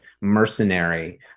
mercenary